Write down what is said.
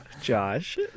Josh